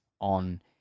on